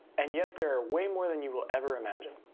and yet there are way more than you will ever imagine.